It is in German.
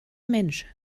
mensch